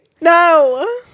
no